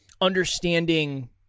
understanding